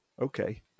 Okay